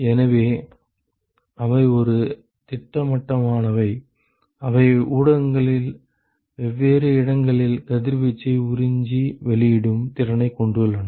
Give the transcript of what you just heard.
எனவே அவை ஒரு திட்டவட்டமானவை அவை ஊடகங்களில் வெவ்வேறு இடங்களில் கதிர்வீச்சை உறிஞ்சி வெளியிடும் திறனைக் கொண்டுள்ளன